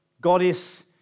goddess